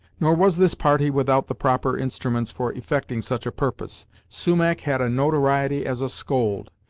nor was this party without the proper instruments for effecting such a purpose. sumach had a notoriety as a scold,